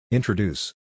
Introduce